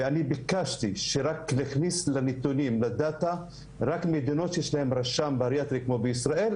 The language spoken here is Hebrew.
ואני ביקשתי להכניס לדאטה רק מדינות שבהן יש רשם בריאטרי כמו ישראל,